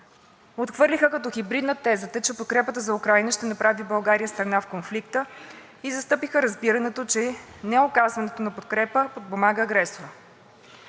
Отхвърлиха като хибридна тезата, че подкрепата за Украйна ще направи България страна в конфликта, и застъпиха разбирането, че неоказването на подкрепа подпомага агресора.